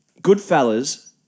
Goodfellas